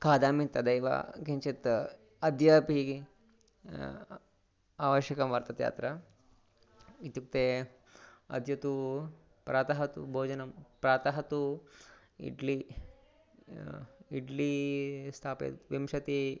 खादामि तदैव किञ्चित् अद्यापि आवश्यकं वर्तते अत्र इत्युक्ते अद्य तु प्रातः तु भोजनं प्रातः तु इड्लि इड्ली स्थापय विंशतिः